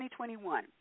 2021